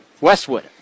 Westwood